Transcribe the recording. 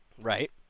Right